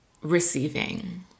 receiving